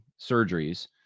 surgeries